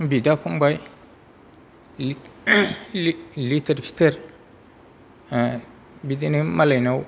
बिदा फंबाइ लेथेर फेथेर बिदिनो मालायनाव